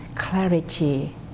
clarity